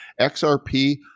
XRP